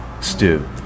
stew